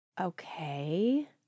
Okay